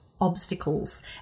obstacles